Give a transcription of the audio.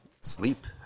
sleep